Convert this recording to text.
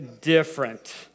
different